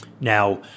Now